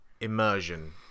immersion